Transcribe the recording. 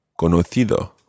CONOCIDO